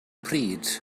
pryd